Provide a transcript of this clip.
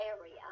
area